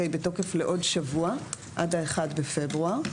היא בתוקף לעוד שבוע עד ה-1 בפברואר.